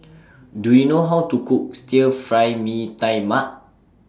Do YOU know How to Cook Stir Fry Mee Tai Mak